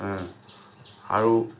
আৰু